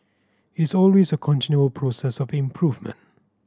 it's always a continual process of improvement